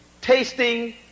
tasting